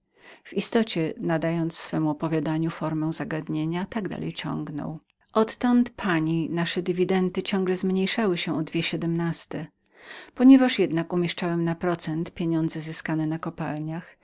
w istocie nadając swemu opowiadaniu formę zagadnienia rzekł dalej odtąd pani nasze dywidendy ciągle zmniejszały się o dwie siedmnaste ponieważ jednak umieszczałem na procent pieniądze zyskane na kopalniach